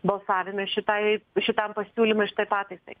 balsavime šitai šitam pasiūlymui šitai pataisai